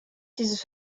dieses